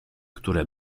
które